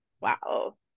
wow